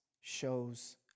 shows